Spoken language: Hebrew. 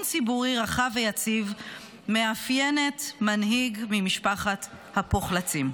ציבורי רחב ויציב מאפיינת מנהיג ממשפחת הפוחלצים.